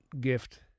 gift